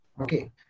okay